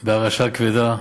בהרעשה כבדה.